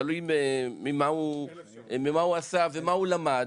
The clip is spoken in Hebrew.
תלוי מה הוא למד,